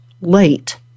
late